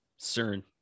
CERN